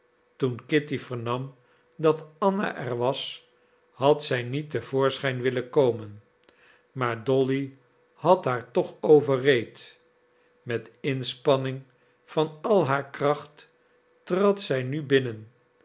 toen kitty vernam dat anna er was had zij niet te voorschijn willen komen maar dolly had haar toch overreed met inspanning van al haar kracht trad zij nu binnen